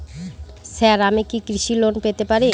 Sir আমি কি কৃষি লোন পেতে পারি?